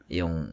yung